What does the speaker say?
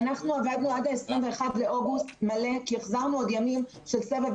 אנחנו עבדנו עד ה-21 באוגוסט באופן מלא כי החזרנו ימים של קורונה סבב